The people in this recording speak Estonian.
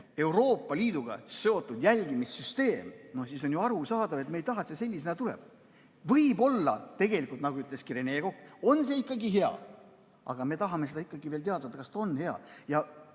Euroopa Liiduga seotud jälgimissüsteem, siis on ju arusaadav, et me ei taha, et see sellisena tuleb. Võib-olla tegelikult, nagu ütleski Rene Kokk, on see ikkagi hea, aga me tahame seda veel teada, kas ta on hea.